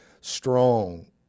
strong